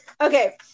Okay